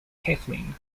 kathleen